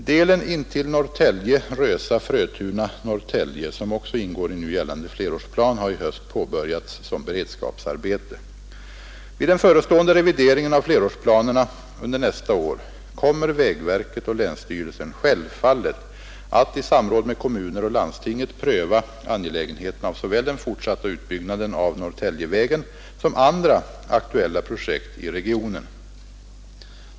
Delen intill Norrtälje, Rösa—Frötuna—Norrtälje, som också ingår i nu gällande flerårsplan, har i höst påbörjats som beredskapsarbete. Vid den förestående revideringen av flerårsplanerna under nästa år kommer vägverket och länsstyrelsen självfallet att — i samråd med kommuner och landstinget — pröva angelägenheten av såväl den fortsatta utbyggnaden av Norrtäljevägen som andra aktuella projekt i regionen.